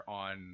on